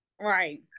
Right